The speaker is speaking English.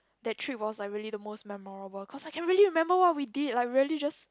that trip was like really the most memorable cause I can really remember what we did like really just